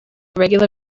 regular